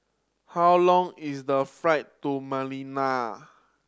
how long is the flight to Manila